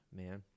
man